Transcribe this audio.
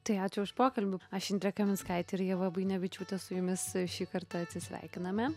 tai ačiū už pokalbį aš indrė kaminskaitė ir ieva buinevičiūtė su jumis šį kartą atsisveikiname